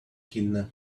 kidnap